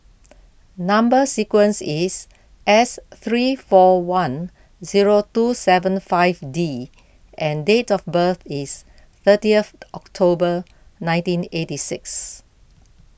Number Sequence is S three four one zero two seven five D and date of birth is thirtieth October nineteen eighty six